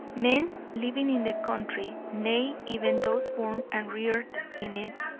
men living in the country, nay, even those born and reared in it,